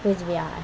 Cooch Behar